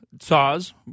Saws